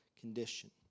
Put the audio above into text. condition